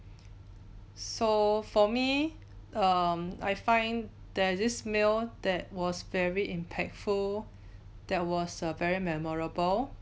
so for me um I find there's this meal that was very impactful that was uh very memorable